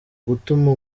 gutuma